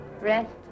Rest